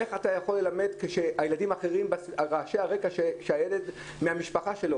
איך אתה יכול ללמד עם רעשי הרקע מהמשפחה של הילדים,